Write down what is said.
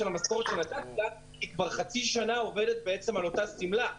המשכורת שנתתי לה כי היא כבר חצי שנה עובדת על אותה שמלה.